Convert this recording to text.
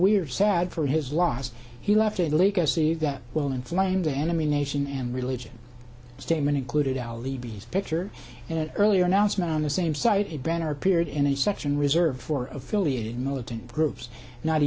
are sad for his loss he left a legacy that will inflame the enemy nation and religion statement included al libi his picture in an earlier announcement on the same site a banner appeared in a section reserved for affiliated militant groups not